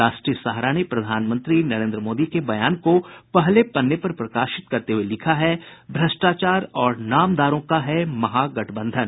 राष्ट्रीय सहारा ने प्रधानमंत्री नरेन्द्र मोदी के बयान को पहले पन्ने पर प्रकाशित करते हुये लिखा है भ्रष्टाचार और नामदारों का है महागठबंधन